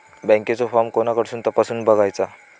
बँकेचो फार्म कोणाकडसून तपासूच बगायचा?